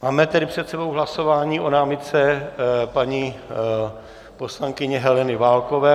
Máme tedy před sebou hlasování o námitce paní poslankyně Heleny Válkové.